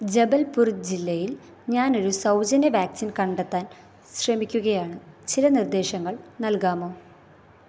ജബൽപൂർ ജില്ലയിൽ ഞാനൊരു സൗജന്യ വാക്സിൻ കണ്ടെത്താൻ ശ്രമിക്കുകയാണ് ചില നിർദ്ദേശങ്ങൾ നൽകാമോ